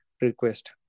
request